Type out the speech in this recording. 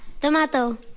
tomato